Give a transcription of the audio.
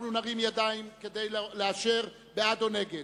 אנחנו נרים ידיים כדי לאשר בעד, או נגד.